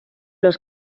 los